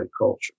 culture